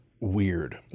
weird